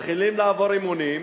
מתחילים לעבור אימונים